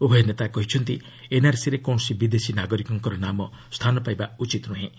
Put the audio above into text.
ଉଭୟ ନେତା କହିଛନ୍ତି ଏନ୍ଆର୍ସି ରେ କୌଣସି ବିଦେଶୀ ନାଗରିକଙ୍କର ନାମ ସ୍ଥାନ ପାଇବା ଉଚିତ୍ ନୁହେଁ